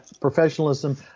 professionalism